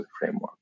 framework